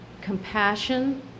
Compassion